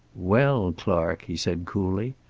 well, clark, he said, coolly.